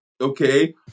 Okay